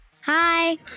Hi